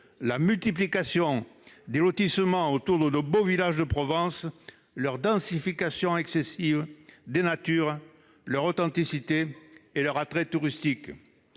La multiplication des lotissements autour de nos beaux villages de Provence, ainsi que leur densification excessive, dénature leur authenticité et réduit leur attrait touristique.